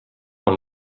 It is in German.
mal